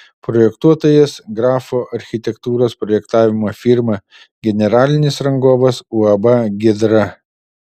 projektuotojas grafo architektūros projektavimo firma generalinis rangovas uab giedra